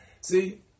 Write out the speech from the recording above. See